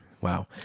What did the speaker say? Wow